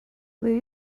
will